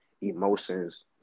emotions